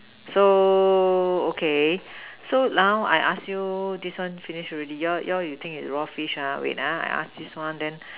so okay so now I ask you this one finish already you you think is raw fish ah wait ah I ask this one then